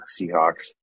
Seahawks